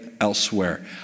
elsewhere